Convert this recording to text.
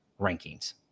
rankings